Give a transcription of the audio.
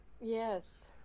Yes